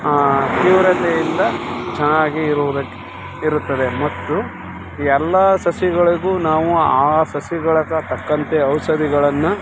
ತೀವ್ರತೆಯಿಂದ ಚೆನ್ನಾಗಿ ಇರುವುದಕ್ಕೆ ಇರುತ್ತದೆ ಮತ್ತು ಎಲ್ಲ ಸಸಿಗಳಿಗೂ ನಾವು ಆ ಸಸಿಗಳಾದ ತಕ್ಕಂತೆ ಔಷಧಿಗಳನ್ನು